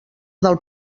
del